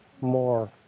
more